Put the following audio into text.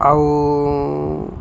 ଆଉ